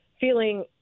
Feeling